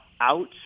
out